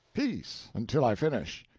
peace, until i finish.